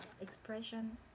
expression